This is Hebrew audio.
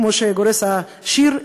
כמו שגורס השיר,